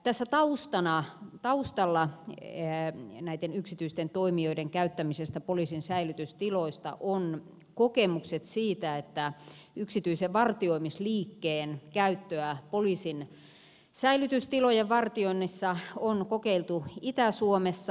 tässä taustalla näitten yksityisten toimijoiden käyttämisestä poliisin säilytystiloissa on kokemukset siitä että yksityisen vartioimisliikkeen käyttöä poliisin säilytystilojen vartioinnissa on kokeiltu itä suomessa